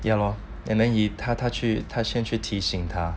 ya lor and then 一他他去她先去提醒他